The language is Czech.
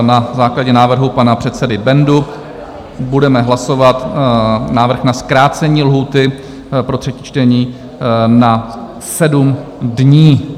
Na základě návrhu pana předsedy Bendy budeme hlasovat návrh na zkrácení lhůty pro třetí čtení na 7 dní.